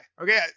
Okay